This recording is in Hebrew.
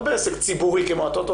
לא בעסק ציבורי כמו הטוטו,